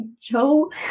Joe